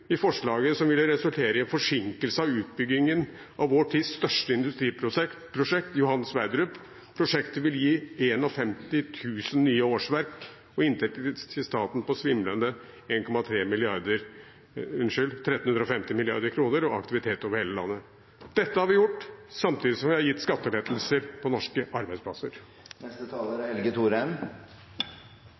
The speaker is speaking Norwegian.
i forslaget som ville resultere i en forsinkelse av utbyggingen av vår tids største industriprosjekt, Johan Sverdrup. Prosjektet vil gi 51 000 nye årsverk, inntekter til staten på svimlende 1 350 mrd. kr og aktivitet over hele landet. Dette har vi gjort samtidig som vi har gitt skattelettelser på norske arbeidsplasser. Forsvarspolitikken, som er